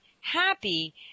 happy